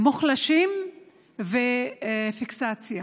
מוחלשים ופיקסציה.